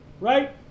Right